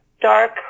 dark